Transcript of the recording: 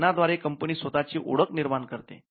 चिन्हा द्वारे कंपनी स्वतःची ओळख निर्माण करते